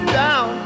down